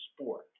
sport